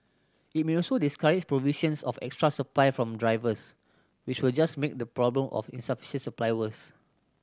it may also discourage provision of extra supply from drivers which will just make the problem of insufficient supply worse